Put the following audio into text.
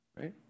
Right